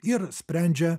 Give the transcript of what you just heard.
ir sprendžia